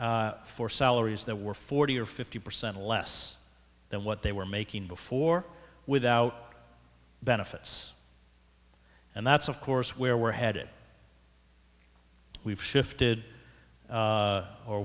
for salaries that were forty or fifty percent less than what they were making before without benefits and that's of course where we're headed we've shifted